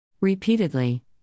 Repeatedly